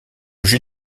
jeu